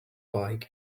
bike